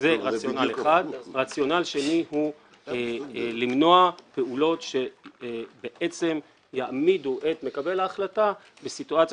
רציונל שני הוא למנוע פעולות שיעמידו את מקבל ההחלטה בסיטואציה